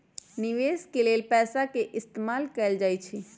निवेश के लेल पैसा के इस्तमाल कएल जाई छई